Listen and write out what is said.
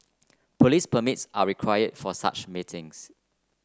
police permits are require for such meetings